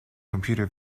computer